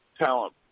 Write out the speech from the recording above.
talent